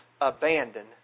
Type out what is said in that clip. abandon